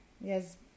Yes